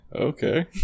Okay